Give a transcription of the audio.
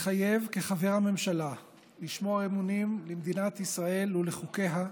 מתחייב כחבר הממשלה לשמור אמונים למדינת ישראל ולחוקיה,